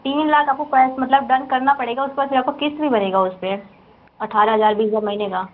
तीन लाख आपको कैस मतलब डन करना पड़ेगा उसको बाद से आपको किस्त भी भरिएगा उस पर अट्ठारह हज़ार बीस हज़ार महीने के